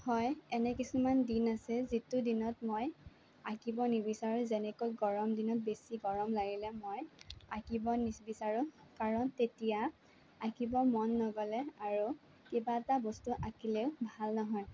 হয় এনে কিছুমান দিন আছে যিটো দিনত মই আঁকিব নিবিচাৰোঁ যেনেকৈ গৰম দিনত বেছি গৰম লাগিলে মই আঁকিব নিবিচাৰোঁ কাৰণ তেতিয়া আঁকিব মন নগলে আৰু কিবা এটা বস্তু আঁকিলেও ভাল নহয়